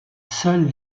seule